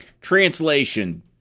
Translation